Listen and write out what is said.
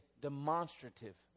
demonstrative